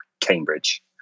Cambridge